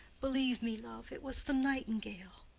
believe me, love it was the nightingale.